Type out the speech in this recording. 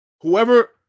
Whoever